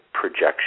projection